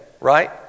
right